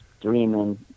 dreaming